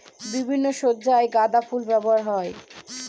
বিভিন্ন সজ্জায় গাঁদা ফুল ব্যবহার হয়